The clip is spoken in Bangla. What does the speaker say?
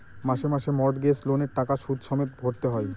মাসে মাসে মর্টগেজ লোনের টাকা সুদ সমেত ভরতে হয়